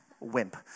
wimp